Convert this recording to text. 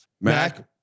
Mac